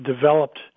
developed